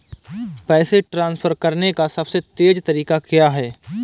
पैसे ट्रांसफर करने का सबसे तेज़ तरीका क्या है?